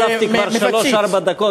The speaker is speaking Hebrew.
הוספתי כבר שלוש, ארבע דקות.